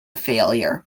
failure